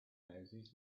houses